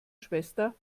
schwester